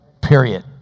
Period